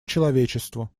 человечеству